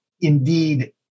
indeed